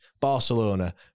Barcelona